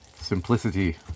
simplicity